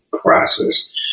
process